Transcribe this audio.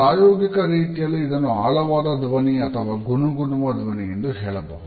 ಪ್ರಾಯೋಗಿಕ ರೀತಿಯಲ್ಲಿ ಇದನ್ನು ಆಳವಾದ ಧ್ವನಿ ಅಥವಾ ಗುನುಗುವ ಧ್ವನಿ ಎಂದು ಹೇಳಬಹುದು